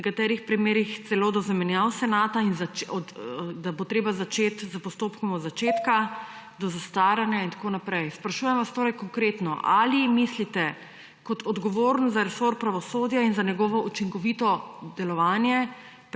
v nekaterih primerih celo do zamenjav senata in bo treba začeti z postopkom od začetka, lahko pride do zastaranja in tako naprej. Sprašujem vas torej konkretno: Ali mislite kot odgovorni za resor pravosodja in za njegovo učinkovito delovanje